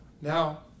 now